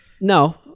No